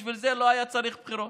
בשביל זה לא היה צריך בחירות.